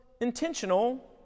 intentional